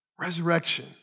Resurrection